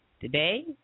Today